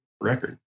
record